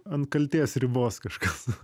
ant kaltės ribos kažkas